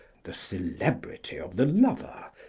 the celebrity of the lover,